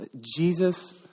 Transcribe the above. Jesus